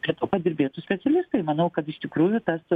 kad o padirbėtų specialistai manau kad iš tikrųjų tas